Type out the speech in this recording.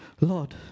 Lord